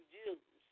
Jews